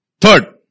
Third